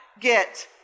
get